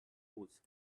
force